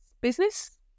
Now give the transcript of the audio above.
business